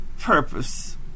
purpose